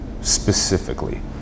specifically